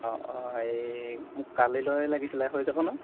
অঁ অঁ হেৰি মোক কালিলৈ লাগিছিলে হৈ যাব ন